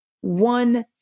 one